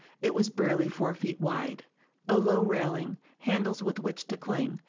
it was barely four feet wide a low railing, handles with which to cling,